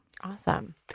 Awesome